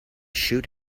shoot